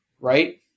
Right